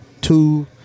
two